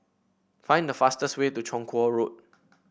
find the fastest way to Chong Kuo Road